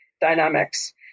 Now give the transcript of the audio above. dynamics